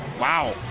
Wow